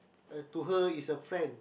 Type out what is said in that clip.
to her is a friend